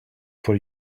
for